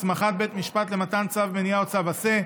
הסמכת בית משפט למתן צו מניעה או צו עשה),